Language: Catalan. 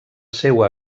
seua